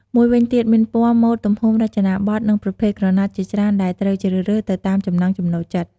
មួយវិញទៀតមានពណ៌ ម៉ូត ទំហំ រចនាបថ និងប្រភេទក្រណាត់ជាច្រើនដែលត្រូវជ្រើសរើសទៅតាមចំណង់ចំណូលចិត្ត។